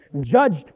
Judged